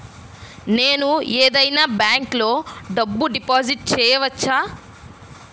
నేను ఏదైనా బ్యాంక్లో డబ్బు డిపాజిట్ చేయవచ్చా?